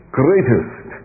greatest